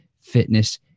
fitness